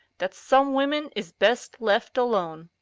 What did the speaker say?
that some women is best left alone.